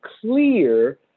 clear